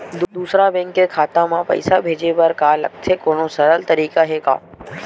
दूसरा बैंक के खाता मा पईसा भेजे बर का लगथे कोनो सरल तरीका हे का?